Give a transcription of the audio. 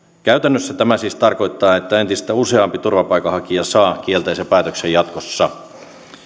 käytännössä tämä siis tarkoittaa että entistä useampi turvapaikanhakija saa kielteisen päätöksen jatkossa